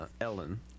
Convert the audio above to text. Ellen